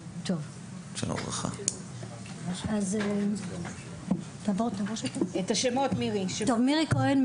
12:00. מירי כהן,